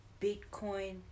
bitcoin